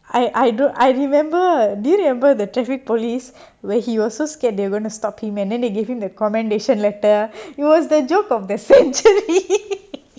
I I do I remember do you remember the traffic police where he also scared they're gonna stop him and then they gave him the commendation letter it was a joke of the century